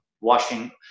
washing